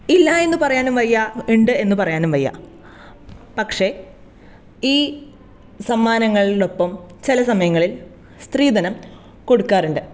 ഇല്ല എന്ന് പറയാനും വയ്യാ ഉണ്ട് എന്നു പറയാനും വയ്യാ പക്ഷേ ഈ സമ്മാനങ്ങളിൽ ഒപ്പം ചില സമയങ്ങളിൽ സ്ത്രീധനം കൊടുക്കാറുണ്ട്